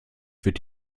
wird